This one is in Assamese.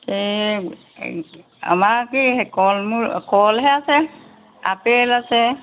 এই আমাৰ কি সেই কল মূল কলহে আছে আপেল আছে